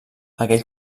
aquell